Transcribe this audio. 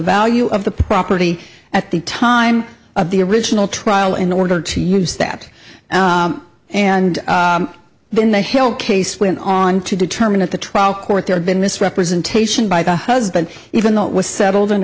value of the property at the time of the original trial in order to use that and then the hail case went on to determine at the trial court there had been misrepresentation by the husband even though it was settled and